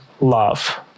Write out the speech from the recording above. love